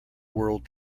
world